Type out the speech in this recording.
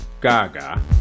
Gaga